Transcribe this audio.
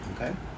Okay